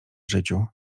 życiu